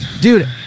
dude